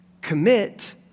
Commit